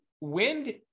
Wind